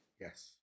Yes